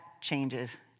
changes